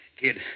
Kid